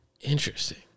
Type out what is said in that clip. Interesting